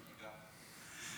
גם אני.